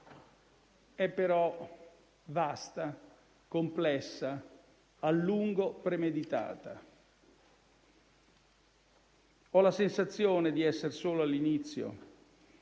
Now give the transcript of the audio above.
è però vasta, complessa e a lungo premeditata. Ho la sensazione di essere solo all'inizio